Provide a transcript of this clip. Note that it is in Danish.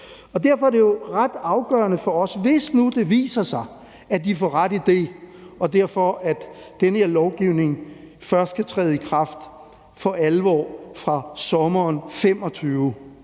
Derfor er det jo ret afgørende for os, hvis nu det viser sig, at de får ret i det, og at den her lovgivning derfor først for alvor kan træde i kraft fra sommeren 2025,